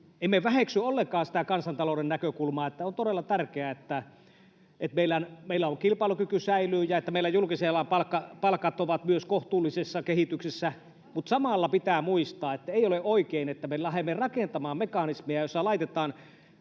Emme väheksy ollenkaan sitä kansantalouden näkökulmaa, että on todella tärkeää, että meillä kilpailukyky säilyy ja että meillä julkisen alan palkat ovat myös kohtuullisessa kehityksessä, mutta samalla pitää muistaa, että ei ole oikein, että me lähdemme rakentamaan mekanismeja, joissa laitetaan